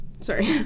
Sorry